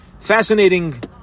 Fascinating